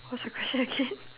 what's your question again